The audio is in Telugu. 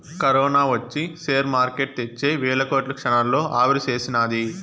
కరోనా ఒచ్చి సేర్ మార్కెట్ తెచ్చే వేల కోట్లు క్షణాల్లో ఆవిరిసేసినాది